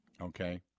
okay